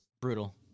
Brutal